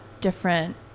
different